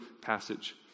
passage